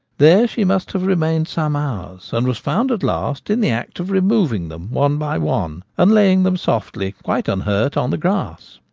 there she must have remained some hours, and was found at last in the act of removing them one by one and laying them softly, quite unhurt, on the grass.